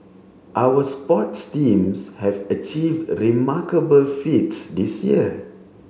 our sports teams have achieved remarkable feats this year